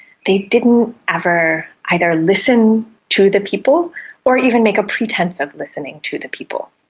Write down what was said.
they didn't ever either listen to the people or even make a pretence of listening to the people.